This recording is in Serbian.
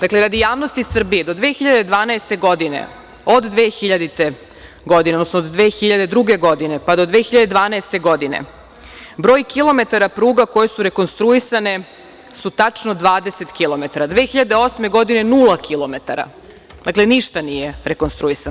Dakle, radi javnosti Srbije do 2012. godine, od 2000. odnosno 2002. godine do 2012. godine, broj kilometara pruga koje su rekonstruisane su tačne 20 km, a 2008. godine 0 km, dakle, ništa nije rekonstruisano.